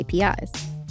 APIs